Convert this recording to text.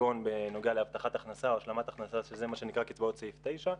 כגון בנוגע להבטחת הכנסה או השלמת הכנסה שזה מה שנקרא קצבאות סעיף 9,